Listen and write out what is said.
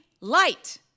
light